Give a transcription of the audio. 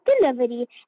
delivery